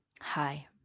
Hi